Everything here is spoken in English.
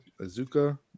azuka